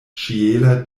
ĉiela